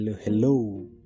hello